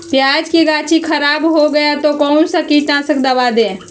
प्याज की गाछी खराब हो गया तो कौन सा कीटनाशक दवाएं दे?